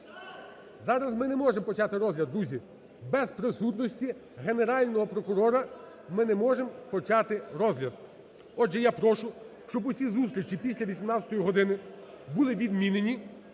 Зараз ми не можемо почати розгляд, друзі. Без присутності Генерального прокурора ми не можемо почати розгляд. Отже, я прошу, щоб усі зустрічі після 18 години були відмінені,